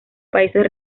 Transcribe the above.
países